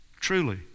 truly